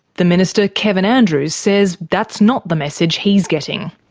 the minister kevin andrews says that's not the message he's getting.